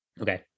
Okay